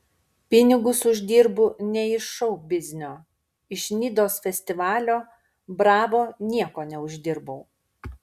pinigus uždirbu ne iš šou biznio iš nidos festivalio bravo nieko neuždirbau